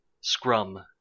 scrum